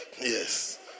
Yes